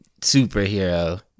superhero